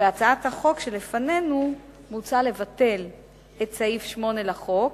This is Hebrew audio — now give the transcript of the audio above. בהצעת החוק שלפנינו מוצע לבטל את סעיף 8 לחוק,